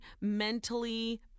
mentally